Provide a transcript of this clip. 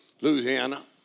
Louisiana